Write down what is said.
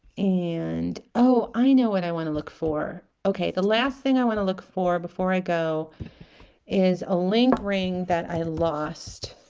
and oh i know what i want to look for okay the last thing i want to look for before i go is a link ring that i lost